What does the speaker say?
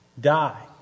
die